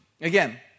Again